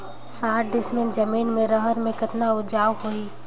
साठ डिसमिल जमीन म रहर म कतका उपजाऊ होही?